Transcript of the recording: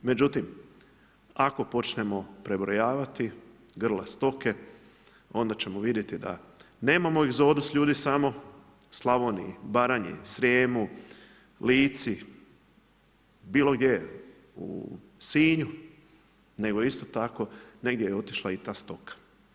Međutim, ako počnemo prebrojavati grla stoke onda ćemo vidjeti da nemamo egzodus ljudi samo u Slavoniji, Baranji, Srijemu, Lici, bilo gdje u Sinju nego isto tako negdje je otišla i ta stoka.